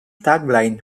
tagline